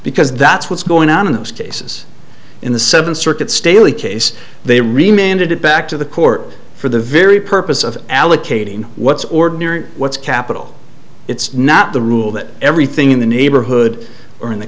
because that's what's going on in those cases in the seventh circuit staley case they remained it back to the court for the very purpose of allocating what's ordinary what's capital it's not the rule that everything in the neighborhood or in the